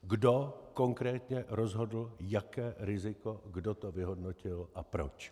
Kdo konkrétně rozhodl, jaké riziko, kdo to vyhodnotil a proč.